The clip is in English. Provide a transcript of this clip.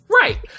Right